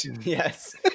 Yes